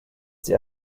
die